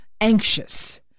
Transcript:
anxious